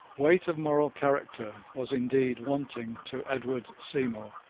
weight of moral character was indeed wanting to edward seymour.